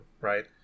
right